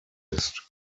ist